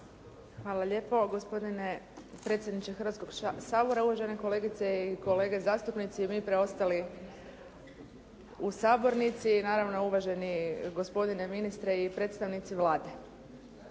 Hvala lijepo. Gospodine predsjedniče Hrvatskoga sabora, uvažene kolegice i kolege zastupnici mi preostali u sabornici i naravno uvaženi gospodine ministre i predstavnici Vlade